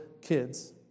kids